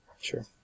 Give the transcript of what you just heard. Sure